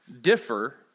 differ